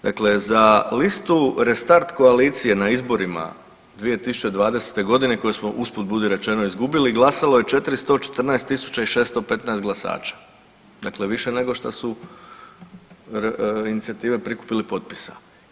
Dakle za listu restart koalicije na izborima 2020. godine koju smo usput budi rečeno izgubili glasalo je 414615 glasača, dakle više nego što su inicijative prikupile potpisa.